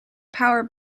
power